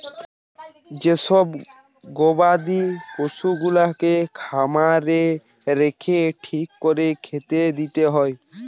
যে সব গবাদি পশুগুলাকে খামারে রেখে ঠিক কোরে খেতে দিতে হয়